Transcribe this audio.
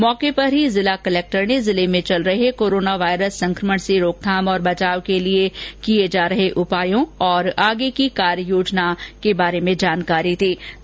मौके पर जिला कलेक्टर ने जिले में चल रहे कोरोना वाइरस संकमण से रोकथाम तथा बचाव के लिए किए जा रहे उपायों और आगे की कार्य योजना से मंत्री को अवगत कराया